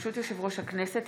ברשות יושב-ראש הכנסת,